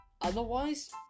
otherwise